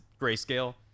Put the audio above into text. grayscale